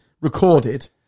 recorded